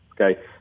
Okay